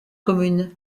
commune